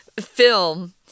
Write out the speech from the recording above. film